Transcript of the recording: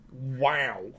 Wow